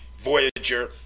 Voyager